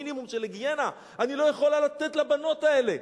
מינימום של היגיינה אני לא יכולה לתת לבנות האלה.